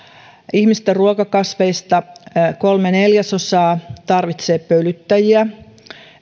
ihmisten ruokakasveista kolme neljäsosaa tarvitsee pölyttäjiä